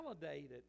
validated